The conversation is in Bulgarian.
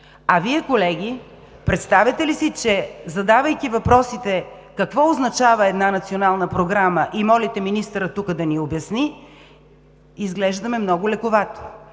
А Вие, колеги, представяте ли си, че задавайки въпросите: какво означава една национална програма, и молите министъра тук да ни обясни, изглеждаме много лековато?!